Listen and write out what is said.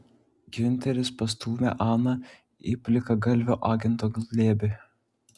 giunteris pastūmė aną į plikagalvio agento glėbį